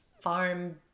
farm